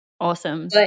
Awesome